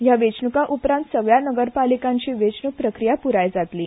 हया वेचणुका उपरांत सगल्या नगरपालीकांची वेचणुक प्रक्रिया प्राय जातली